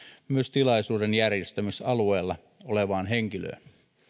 myös tilaisuuden järjestämisalueella olevaan henkilöön